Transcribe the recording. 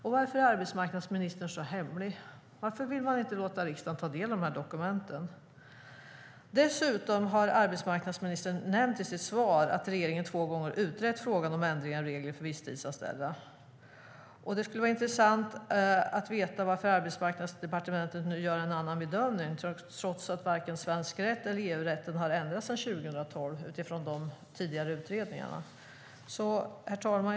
Och varför är arbetsmarknadsministern så hemlig? Varför vill man inte låta riksdagen ta del av dokumenten? Dessutom har arbetsmarknadsministern nämnt i sitt svar att regeringen två gånger har utrett frågan om ändringar och regler för visstidsanställda. Det skulle vara intressant att få veta varför Arbetsmarknadsdepartementet nu gör en annan bedömning utifrån de tidigare utredningarna, trots att varken svensk rätt eller EU-rätten har ändrats sedan 2012. Herr talman!